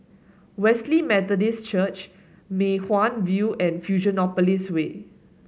Wesley Methodist Church Mei Hwan View and Fusionopolis Way